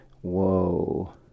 Whoa